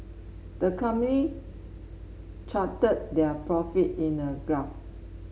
the company charted their profit in a graph